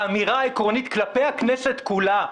האמירה העקרונית כלפי הכנסת כולה,